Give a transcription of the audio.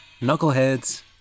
Knuckleheads